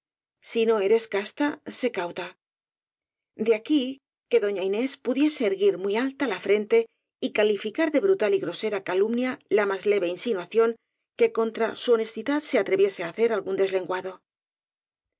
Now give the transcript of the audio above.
si no eres casta sé cauta de aquí que doña inés pudiese erguir muy alta la frente y calificar de brutal y grosera calum nia la más leve insinuación que contra su honesti dad se atreviese á hacer algún deslenguado